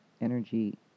energy